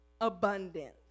abundance